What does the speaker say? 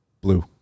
blue